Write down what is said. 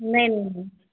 नहीं नहीं